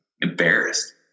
embarrassed